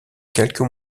quelques